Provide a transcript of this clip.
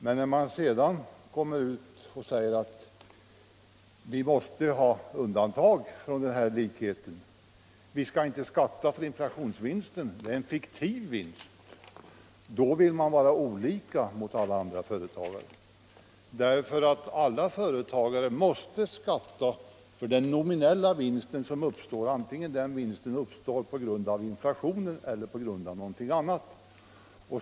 Men när man sedan säger att ”vi måste ha undantag från den här likheten, vi skall inte skatta för inflatiönsvinsten, det är en fiktiv vinst”, vill man ha andra regler än de som gäller för övriga företagare. Alla företagare måste ju skatta för den nominella vinst som uppstår, antingen den uppstår på grund av inflationen eller på grund av någonting annat.